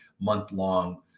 month-long